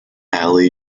ali